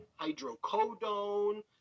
Hydrocodone